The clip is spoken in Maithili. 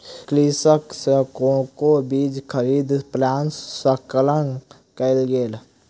कृषक सॅ कोको बीज खरीद प्रसंस्करण कयल गेल